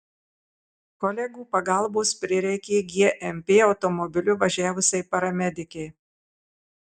kolegų pagalbos prireikė gmp automobiliu važiavusiai paramedikei